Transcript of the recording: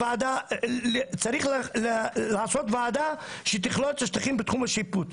שצריך לעשות ועדה שתכלול את השטחים בתחום השיפור.